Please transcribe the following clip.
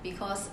because